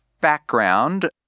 background